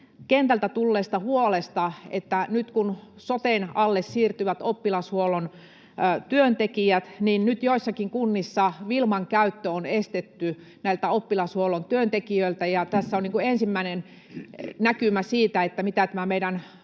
kentältä tulleesta huolesta: Eli nyt kun oppilashuollon työntekijät siirtyvät soten alle, niin joissakin kunnissa Wilman käyttö on estetty näiltä oppilashuollon työntekijöiltä, ja tässä on niin kuin ensimmäinen näkymä siitä, mitä tämä meidän